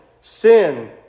Sin